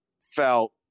felt